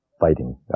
Fighting